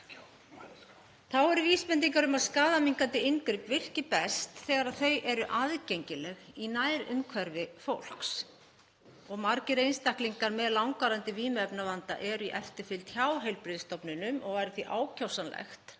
Þá eru vísbendingar um að skaðaminnkandi inngrip virki best þegar þau eru aðgengileg í nærumhverfi fólks. Margir einstaklingar með langvarandi vímuefnavanda eru í eftirfylgd hjá heilbrigðisstofnunum og væri því ákjósanlegt